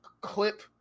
clip